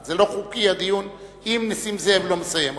זה לא חוקי הדיון אם נסים זאב לא מסיים אותו.